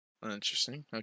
Interesting